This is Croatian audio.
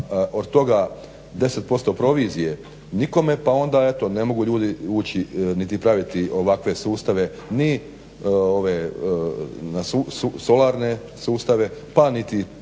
od toga 10% provizije nikome pa onda eto ne mogu ljudi ući niti praviti ovakve sustave ni solarne pa niti